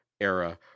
era